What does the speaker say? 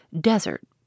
desert